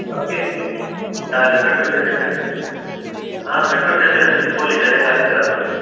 okay चालेल metro स्टेशनच्या metro station Chimpoli त्याच्या खालीच राहतो मी